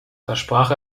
versprach